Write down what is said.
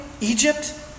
Egypt